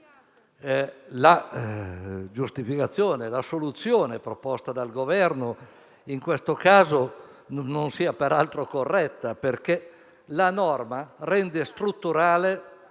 la giustificazione e la soluzione proposta dal Governo in questo caso non sia peraltro corretta, perché la norma rende strutturale